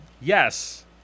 Yes